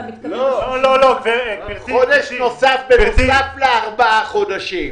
אתה מתכוון --- חודש נוסף בנוסף לארבעה חודשים,